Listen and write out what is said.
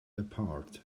apart